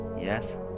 yes